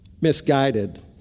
misguided